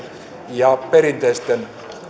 ja perinteisten